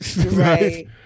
Right